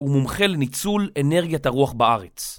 ומומחה לניצול אנרגיית הרוח בארץ.